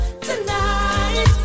tonight